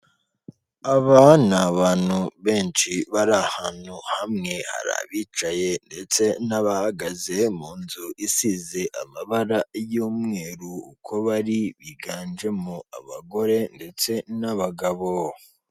Aba ni abantu benshi bari ahantu hamwe, hari abicaye ndetse n'abahagaze mu nzu isize amabara y'umweru. Uko bari biganjemo abagore ndetse n'abagabo.